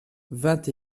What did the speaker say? vingt